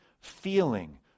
feeling